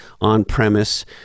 on-premise